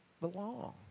belong